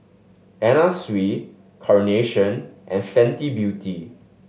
Anna Sui Carnation and Fenty Beauty